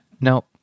No